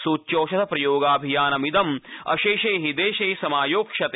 सूच्यौषध प्रयोगाभियानमिदं अशेषे हि देशे समायोक्ष्यते